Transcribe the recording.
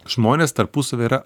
žmonės tarpusavy yra